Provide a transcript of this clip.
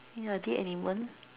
ya dead animals